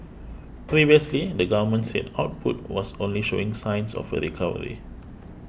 previously the government said output was only showing signs of a recovery